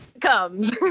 comes